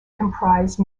comprise